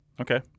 Okay